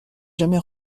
jamais